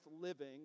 living